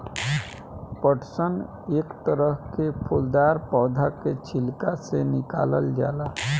पटसन एक तरह के फूलदार पौधा के छिलका से निकालल जाला